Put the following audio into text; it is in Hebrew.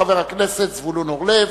חבר הכנסת זבולון אורלב,